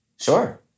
Sure